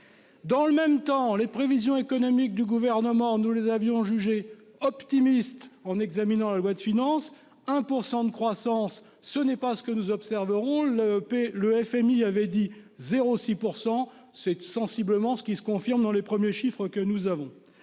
Dans le même temps les prévisions économiques du gouvernement. Nous les avions jugé optimiste en examinant la loi de finances 1% de croissance. Ce n'est pas ce que nous observeront le P.. Le FMI avait dit 0 6 % c'est sensiblement, ce qui se confirme dans les premiers chiffres que nous avons.